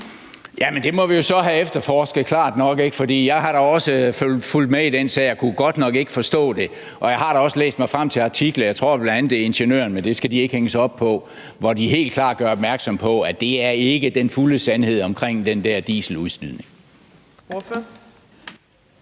Jamen det må vi jo så klart nok have efterforsket, for jeg har da også fulgt med i den sag og kunne godt nok ikke forstå det, og jeg har da også læst mig frem til i artikler – jeg tror bl.a., at det var i Ingeniøren, men det skal de ikke hænges op på – at der helt klart gøres opmærksom på, at det ikke er den fulde sandhed om den der dieseludstødning.